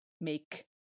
make